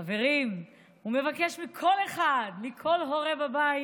חברים, הוא מבקש מכל אחד, מכל הורה בבית,